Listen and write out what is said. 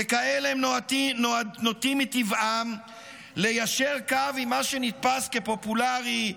ככאלה הם נוטים מטבעם ליישר קו עם מה שנתפס כפופולרי,